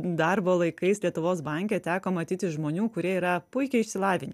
darbo laikais lietuvos banke teko matyti žmonių kurie yra puikiai išsilavinę